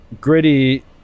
gritty